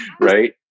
Right